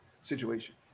situation